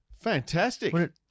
Fantastic